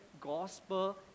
gospel